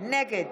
נגד